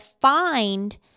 find